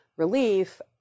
relief